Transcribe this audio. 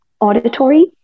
auditory